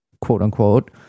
quote-unquote